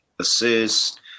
assist